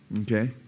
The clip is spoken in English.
Okay